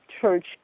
church